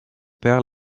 père